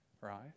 right